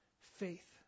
faith